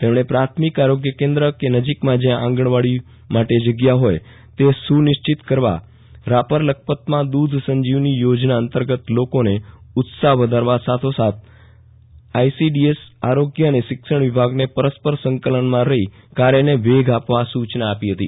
તેમણે પ્રાથમિક આરોગ્થી કેન્દ્રી કે નજીકમાં જયાં આંગણવાડી માટે જગ્યા હોય તે આઇડેન્ટીયફાય કરવા રાપર લખપતમાં દુધ સંજીવની યોજના અંતર્ગત લોકોને મોટીવેટ કરવા સાથો સાથ આઇસીડીએસ આરોગ્યન અને શિક્ષણ વિભાગને પરસ્પ ર સંકલનમાં રફી કાર્યને વેગ આપવા સૂચના આપી હતી